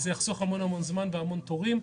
זה יחסוך המון זמן והמון תורים.